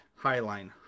Highline